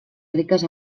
riques